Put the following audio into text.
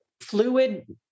fluid